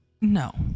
no